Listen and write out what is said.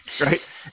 Right